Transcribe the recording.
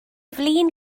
flin